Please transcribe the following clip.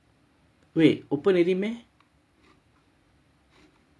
wait open already meh